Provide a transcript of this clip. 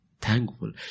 Thankful